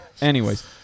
Anyways-